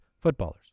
footballers